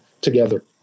together